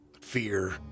fear